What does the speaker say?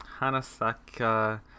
Hanasaka